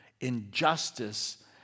injustice